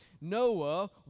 Noah